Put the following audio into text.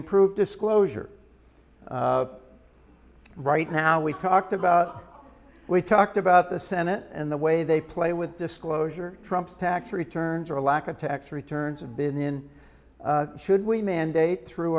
improve disclosure right now we talked about we talked about the senate and the way they play with disclosure trumps tax returns or a lack of tax returns have been should we mandate through